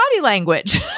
language